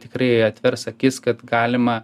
tikrai atvers akis kad galima